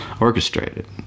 orchestrated